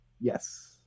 Yes